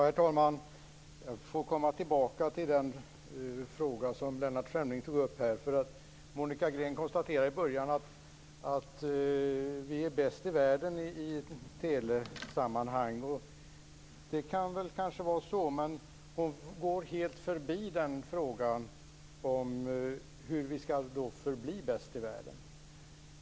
Herr talman! Jag kommer tillbaka till den fråga som Lennart Fremling tog upp. Monica Green konstaterade i början att vi i Sverige är bäst i världen i telesammanhang. Det kan kanske vara så, men hon går helt förbi frågan om hur vi skall förbli bäst i världen.